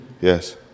Yes